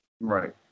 Right